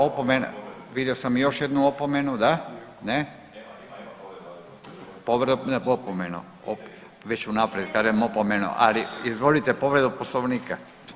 Opomena, vidio sam još jednu opomenu, da ne, povreda, opomena već unaprijed kažem opomenu, ali izvolite povredu Poslovnika.